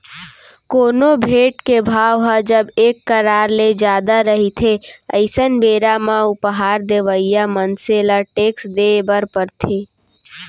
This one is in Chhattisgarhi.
कोनो भेंट के भाव ह जब एक करार ले जादा रहिथे अइसन बेरा म उपहार देवइया मनसे ल टेक्स देय बर परथे